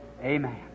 amen